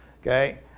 okay